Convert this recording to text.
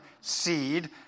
seed